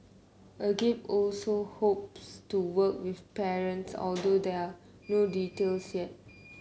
Agape also hopes to work with parents although there are no details yet